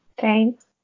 Thanks